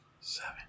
Seven